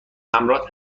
همراه